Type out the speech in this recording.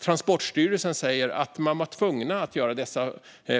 Transportstyrelsen säger att man var tvungen att göra dessa